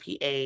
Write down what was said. PA